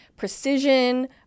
precision